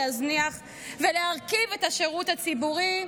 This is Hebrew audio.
להזניח ולהרקיב את השירות הציבורי,